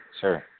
Sure